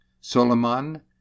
Solomon